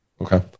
Okay